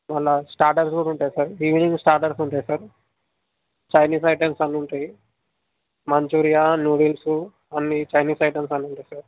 మరల స్టాటర్స్ కూడా ఉంటాయి ఈవినింగ్ స్టాటర్స్ ఉంటాయి సార్ చైనీస్ ఐటమ్స్ అన్నీ ఉంటాయి మంచూరియా న్యూడిల్స్ అన్నీ చైనీస్ ఐటమ్స్ అన్నీ ఉంటాయి సార్